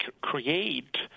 create